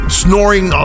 snoring